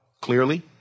clearly